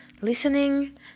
listening